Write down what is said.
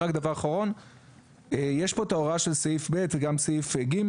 יש פה את ההוראה של סעיף ב' ושל סעיף ג',